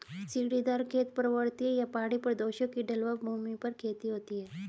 सीढ़ीदार खेत, पर्वतीय या पहाड़ी प्रदेशों की ढलवां भूमि पर खेती होती है